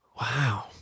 Wow